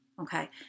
okay